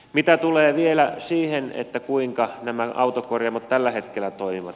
mitä tulee vielä siihen kuinka nämä autokorjaamot tällä hetkellä toimivat